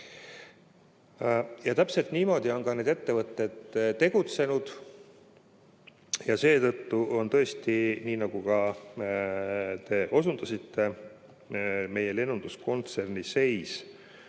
Täpselt niimoodi on need ettevõtted tegutsenud ja seetõttu on tõesti, nii nagu te osutasite, meie lennunduskontserni seis